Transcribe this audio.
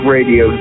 Radio